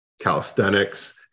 calisthenics